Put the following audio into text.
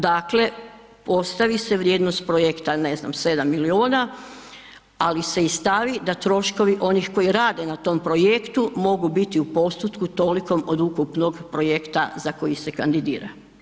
Dakle, postavi se vrijednost projekta, ne znam, 7 milijuna, ali se i stavi da troškovi onih koji rade na tom projektu mogu biti u postotku tolikom od ukupnog projekta za koji se kandidira.